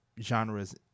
genres